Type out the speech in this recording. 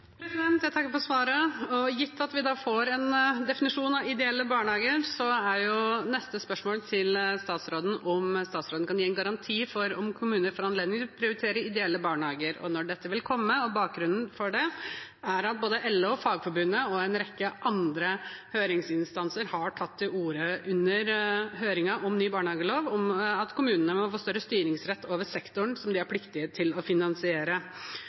Jeg takker for svaret. Gitt at vi da får en definisjon av ideelle barnehager, er neste spørsmål til statsråden om statsråden kan gi en garanti for at kommuner får anledning til å prioritere ideelle barnehager, og når dette vil komme. Bakgrunnen for det er at både LO, Fagforbundet og en rekke andre høringsinstanser under høringen om ny barnehagelov har tatt til orde for at kommunene må få større styringsrett over sektoren de er pliktige til å finansiere.